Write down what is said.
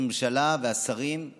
והשרים